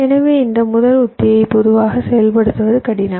எனவே இந்த முதல் உத்தியைப் பொதுவாக செயல்படுத்துவது கடினம்